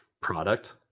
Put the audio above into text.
product